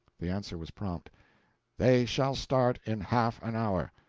the answer was prompt they shall start in half an hour.